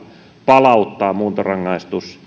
palauttaa muuntorangaistus